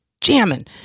jamming